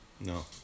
No